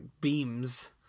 beams